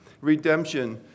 Redemption